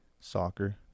soccer